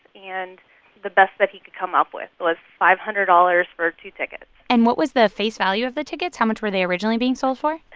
and the best that he could come up with was five hundred dollars for two tickets and what was the face value of the tickets? how much were they originally being sold for?